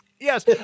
Yes